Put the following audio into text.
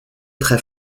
très